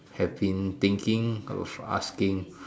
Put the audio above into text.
have been thinking of asking